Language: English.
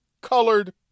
colored